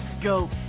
go